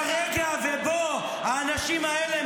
-- מהרגע שבו האנשים האלה,